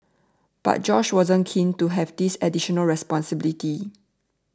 but Josh wasn't keen to have this additional responsibility